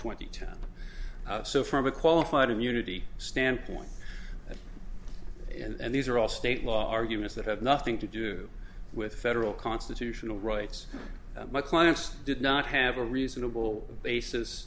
twenty two so from a qualified immunity standpoint and these are all state law arguments that have nothing to do with federal constitutional rights my clients did not have a reasonable basis